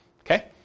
Okay